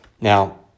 Now